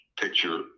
picture